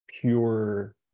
pure